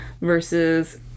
versus